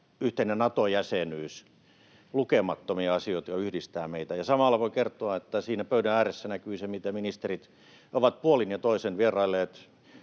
yhteinen Nato-jäsenyys, lukemattomia asioita, jotka yhdistävät meitä. Ja samalla voin kertoa, että siinä pöydän ääressä näkyi se, miten ministerit ovat puolin ja toisin vierailleet,